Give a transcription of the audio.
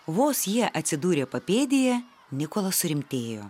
vos jie atsidūrė papėdėje nikolas surimtėjo